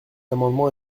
amendement